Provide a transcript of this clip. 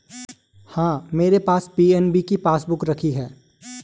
हाँ, मेरे पास पी.एन.बी की पासबुक रखी है